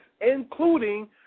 including